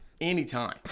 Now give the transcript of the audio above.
anytime